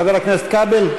חבר הכנסת כבל?